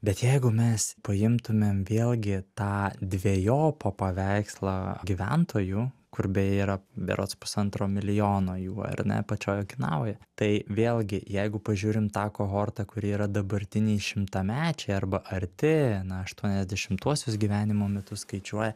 bet jeigu mes paimtumėm vėlgi tą dvejopą paveikslą gyventojų kur beje yra berods pusantro milijono jų ar ne pačioj okinavoj tai vėlgi jeigu pažiūrim tą kohortą kuri yra dabartiniai šimtamečiai arba arti na aštuoniasdešimtuosius gyvenimo metus skaičiuoja